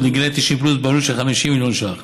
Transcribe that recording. לגילאי 90 פלוס בעלות של 50 מיליון ש"ח,